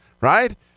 right